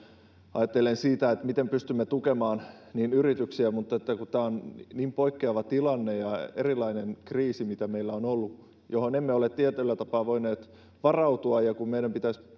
ajatellen sitä miten pystymme tukemaan yrityksiä mutta tämä on niin poikkeava tilanne ja erilainen kriisi kuin mitä meillä on ollut että emme ole tietyllä tapaa voineet varautua